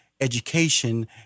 education